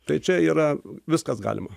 tai čia yra viskas galima